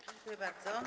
Dziękuję bardzo.